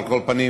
על כל פנים,